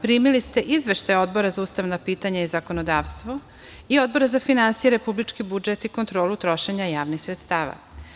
Primili ste izveštaje Odbora za ustavna pitanja i zakonodavstvo i Odbora za finansije, republički budžet i kontrolu trošenja javnih sredstava.